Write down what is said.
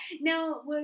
Now